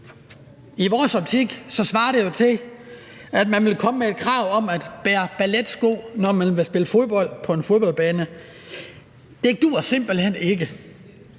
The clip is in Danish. I vores optik svarer det jo til, at man vil komme med et krav om at bære balletsko, når man vil spille fodbold, på en fodboldbane. Det duer simpelt hen ikke.